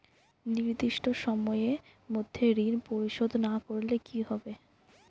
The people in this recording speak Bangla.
নির্দিষ্ট সময়ে মধ্যে ঋণ পরিশোধ না করলে কি হবে?